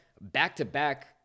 back-to-back